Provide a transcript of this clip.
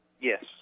Yes